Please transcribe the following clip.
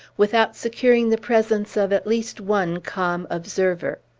without securing the presence of at least one calm observer.